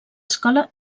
escola